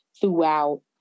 throughout